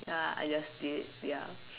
ya I just did ya